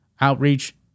outreach